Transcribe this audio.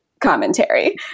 commentary